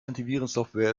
antivirensoftware